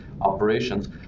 operations